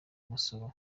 umusoro